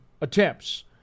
attempts